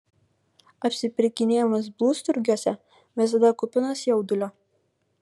apsipirkinėjimas blusturgiuose visada kupinas jaudulio